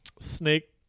snake